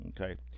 Okay